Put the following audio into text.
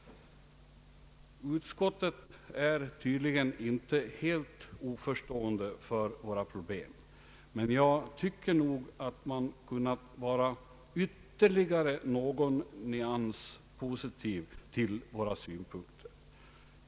Utskottet är tydligen inte helt oförstående för våra problem, men nog tycker jag att utskottet kunnat vara ytterligare någon nyans mera positivt inställt till våra synpunkter.